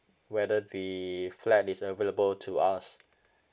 whether the flat is available to us